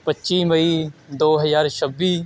ਪੱਚੀ ਮਈ ਦੋ ਹਜ਼ਾਰ ਛੱਬੀ